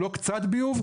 לא קצת ביוב.